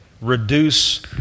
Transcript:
Reduce